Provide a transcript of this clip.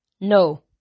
No